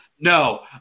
no